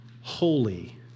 holy